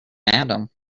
adam